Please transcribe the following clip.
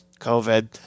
COVID